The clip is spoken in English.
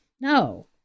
No